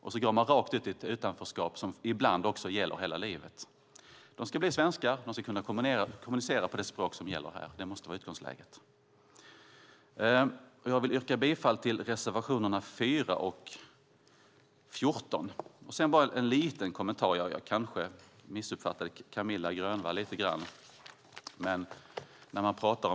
Man går rakt ut i ett utanförskap som ibland gäller hela livet. Barnen ska bli svenskar och kunna kommunicera på det språk som gäller här. Det måste vara utgångsläget. Jag yrkar bifall till reservationerna 4 och 11. Sedan en liten kommentar: Kanske missuppfattade jag lite grann Camilla Waltersson Grönvall.